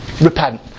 repent